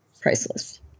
Priceless